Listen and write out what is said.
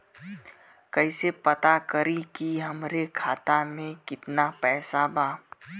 कइसे पता करि कि हमरे खाता मे कितना पैसा बा?